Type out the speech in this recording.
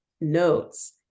notes